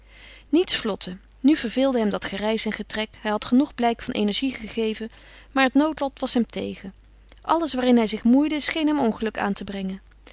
niets vlotte nu verveelde hem dat gereis en getrek hij had genoeg blijk van energie gegeven maar het noodlot was hem tegen alles waarin hij zich moeide scheen hem ongeluk aan te brengen